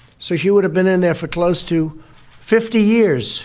so she would have been in there for close to fifty years